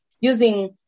Using